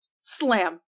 SLAM